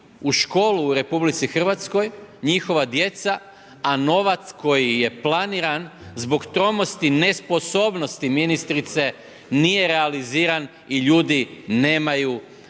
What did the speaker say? u školu u RH, njihova djeca, a novac koji je planiran zbog tromosti, nesposobnosti ministrice nije realiziran i ljudi nemaju novca